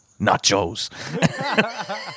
Nachos